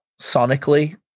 sonically